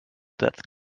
that